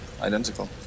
Identical